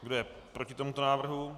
Kdo je proti tomuto návrhu?